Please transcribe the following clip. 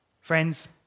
Friends